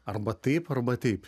arba taip arba taip